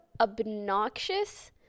obnoxious